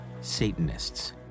Satanists